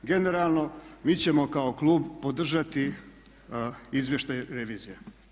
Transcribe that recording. Generalno mi ćemo kao klub podržati izvještaj revizije.